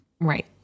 Right